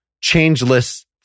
changeless